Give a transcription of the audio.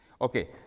okay